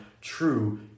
true